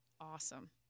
awesome